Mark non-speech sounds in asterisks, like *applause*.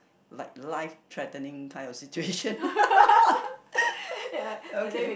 like life threatening kind of situation *laughs* okay